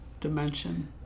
dimension